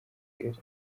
kigali